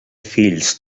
fills